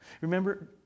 Remember